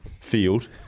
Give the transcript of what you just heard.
field